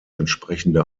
entsprechende